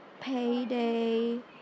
payday